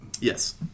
Yes